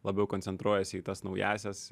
labiau koncentruojuosi į tas naująsias